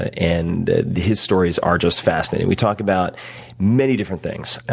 and his stories are just fascinating. we talk about many different things.